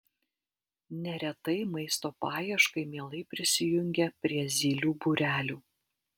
neretai maisto paieškai mielai prisijungia prie zylių būrelių